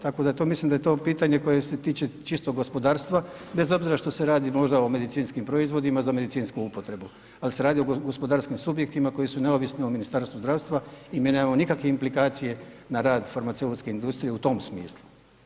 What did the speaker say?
Tako da to mislim da je to pitanje koje se tiče čistog gospodarstva bez obzira što se radi možda o medicinskim proizvodima za medicinsku upotrebu ali se radi o gospodarskim subjektima koji su neovisni o Ministarstvu zdravstva i mi nemamo nikakve implikacije na rad farmaceutske industrije u tom smislu.